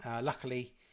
Luckily